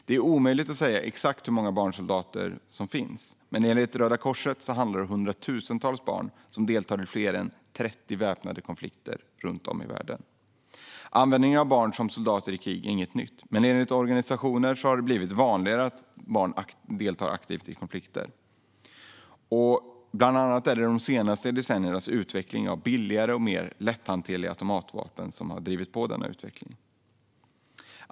Det är omöjligt att säga exakt hur många barnsoldater det finns, men enligt Röda Korset handlar det om hundratusentals barn som deltar i fler än 30 väpnade konflikter runt om i världen. Användningen av barn som soldater i krig är inget nytt, men enligt organisationen har det blivit vanligare att barn deltar aktivt i konflikter. Det är bland annat de senaste decenniernas utveckling av billigare och mer lätthanterliga automatvapen som drivit på denna utveckling.